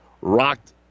rocked